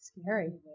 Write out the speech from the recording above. Scary